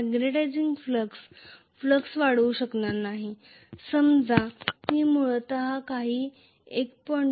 magnetising flux flux वाढवू शकणार नाही समजा मी मूळतः काही 1